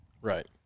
Right